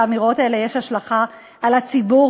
לאמירות האלה יש השלכה על הציבור.